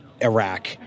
Iraq